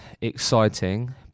exciting